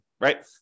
right